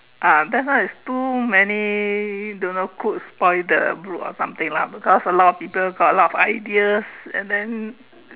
uh that's why it's too many don't know cooks spoil the brew or something lah because a lot of people got a lot of ideas and then